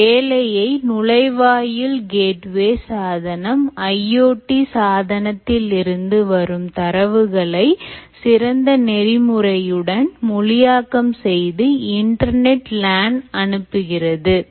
இந்த வேலையை நுழைவாயில் சாதனம் IoT சாதனத்தில் இருந்து வரும் தரவுகளை சிறந்த நெறிமுறை உடன் மொழியாக்கம் செய்து Internet LAN அனுப்புகிறது